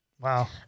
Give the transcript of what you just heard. Wow